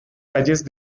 calles